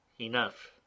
Enough